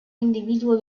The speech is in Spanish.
individuo